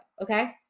okay